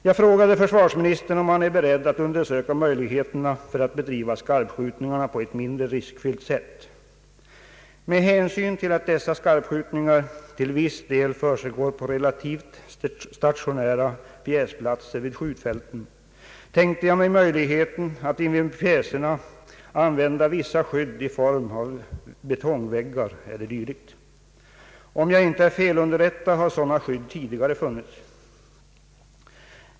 Jag frågade försvarsministern om han är beredd att undersöka möjligheterna att bedriva skarpskjutningarna på ett mindre riskfyllt sätt. Med hänsyn till att dessa skarpskjutningar till viss del försiggår på relativt stationära pjäsplatser vid skjutfälten tänkte jag mig möjligheten att invid pjäserna använda vissa skydd i form av betongväggar eller dylikt. Om jag inte är felunderrättad har sådana skydd tidigare förekommit.